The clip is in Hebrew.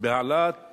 בהעלאת